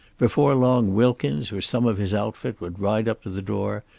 before long wilkins or some of his outfit would ride up to the door,